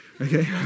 Okay